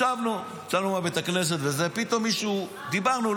יצאנו מבית הכנסת ודיברנו.